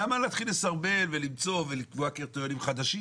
למה להתחיל לסרבל ולמצוא ולקבוע קריטריונים חדשים?